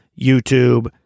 YouTube